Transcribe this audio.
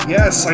Yes